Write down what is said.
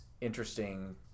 interesting